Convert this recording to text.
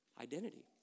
Identity